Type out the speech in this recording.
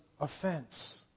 offense